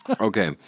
Okay